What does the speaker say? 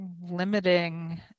limiting